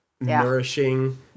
nourishing